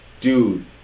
dude